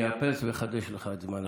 אני אאפס ואחדש לך את הזמן.